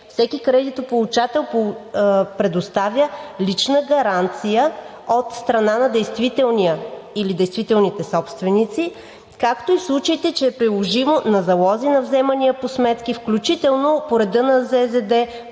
всеки кредитополучател предоставя лична гаранция от страна на действителния или действителните собственици, както и в случаите, че е приложимо на залози на вземания по сметки, включително по реда на ЗЗД,